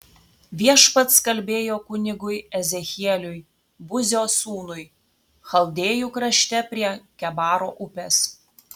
viešpats kalbėjo kunigui ezechieliui buzio sūnui chaldėjų krašte prie kebaro upės